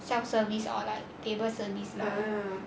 self service or like table service